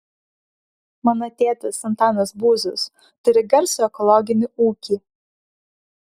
mano tėtis antanas būzius turi garsų ekologinį ūkį